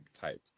type